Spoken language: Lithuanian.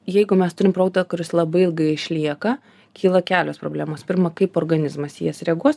jeigu mes turim proutą kuris labai ilgai išlieka kyla kelios problemos pirma kaip organizmas į jas reaguos